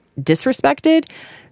disrespected